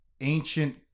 ancient